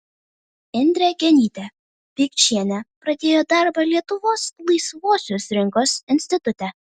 indrė genytė pikčienė pradėjo darbą lietuvos laisvosios rinkos institute